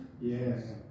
yes